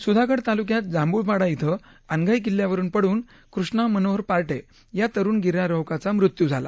सुधागड तालुक्यात जांभूळपाडा इथं अनघाई किल्ल्यावरून पडुन कृष्णा मनोहर पार्टे या तरूण गिर्यारोहकाचा मृत्यू झाला